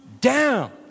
down